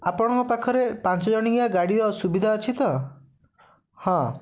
ଆପଣଙ୍କ ପାଖରେ ପାଞ୍ଚଜଣିଆ ଗାଡ଼ିର ସୁବିଧା ଅଛି ତ ହଁ